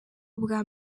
ubwa